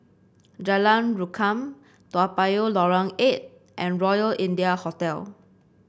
Jalan Rukam Toa Payoh Lorong Eight and Royal India Hotel